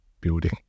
building